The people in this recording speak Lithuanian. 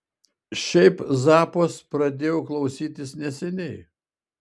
šiaip zappos pradėjau klausytis neseniai